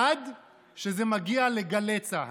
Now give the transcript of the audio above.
עד שזה מגיע לגלי צה"ל,